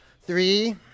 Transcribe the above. three